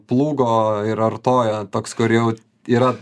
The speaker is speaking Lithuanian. plūgo ir artojo toks kur jau yra